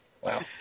Wow